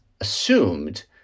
assumed